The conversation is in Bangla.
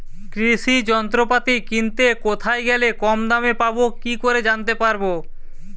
কৃষি যন্ত্রপাতি কিনতে কোথায় গেলে কম দামে পাব কি করে জানতে পারব?